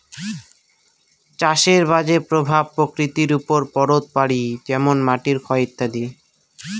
চাষের বাজে প্রভাব প্রকৃতির ওপর পড়ত পারি যেমন মাটির ক্ষয় ইত্যাদি